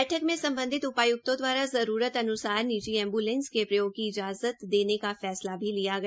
बैठक में सम्बधित उपायुक्तों द्वारा जरूरत अनुसार निजी एमबुलेंस के प्रयोग की इज़ाजत देने का फैसला भी लिया गया